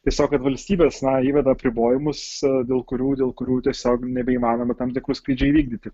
tiesiog kad valstybės na įveda apribojimus dėl kurių dėl kurių tiesiog nebeįmanoma tam tikrų skrydžių įvykdyti